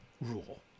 rule